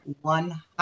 one